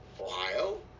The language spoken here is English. Ohio